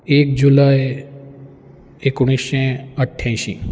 एक जुलय एकोणीशे अठ्ठ्यायंशीं